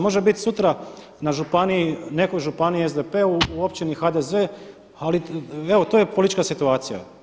Može biti sutra na županiji, nekoj županiji SDP-u u općini HDZ, ali evo to je politička situacija.